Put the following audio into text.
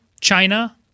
China—